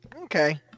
Okay